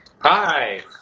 Hi